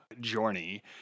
journey